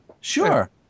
sure